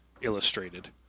illustrated